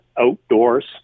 outdoors